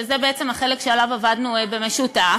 שזה בעצם החלק שעליו עבדנו במשותף,